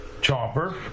chopper